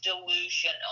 delusional